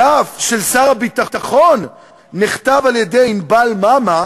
בדף של שר הביטחון נכתב על-ידי ענבל מאמה,